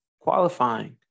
qualifying